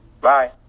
Bye